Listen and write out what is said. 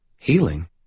healing